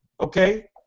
Okay